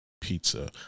pizza